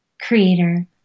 creator